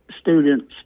students